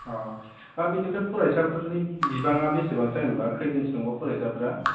अ दा बेनिफ्राय फरायसाफोरनि बिबाङा बेसेबांसो जागोनबा खैजोनसो दंबा फरायग्राफ्रा